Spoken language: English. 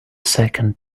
second